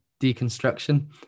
deconstruction